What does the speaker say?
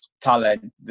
talent